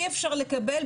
אני רק אומרת,